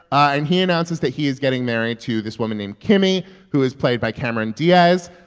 and he announces that he is getting married to this woman named kimmy, who is played by cameron diaz,